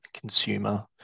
consumer